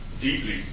deeply